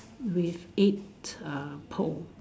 with eight uh pole